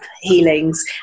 healings